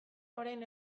orain